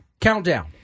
Countdown